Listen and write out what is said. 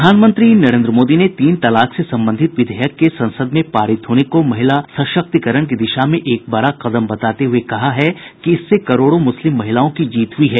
प्रधानमंत्री नरेन्द्र मोदी ने तीन तलाक से संबंधित विधेयक के संसद में पारित होने को महिला सशक्तीकरण की दिशा में एक बड़ा कदम बताते हुए कहा है कि इससे करोड़ों मुस्लिम महिलाओं की जीत हुयी है